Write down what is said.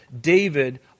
David